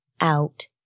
out